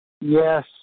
yes